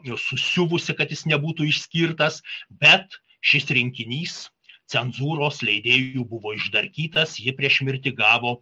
susiuvusi kad jis nebūtų išskirtas bet šis rinkinys cenzūros leidėjų buvo išdarkytas ji prieš mirtį gavo